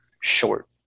short